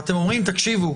ואתם אומרים: תקשיבו,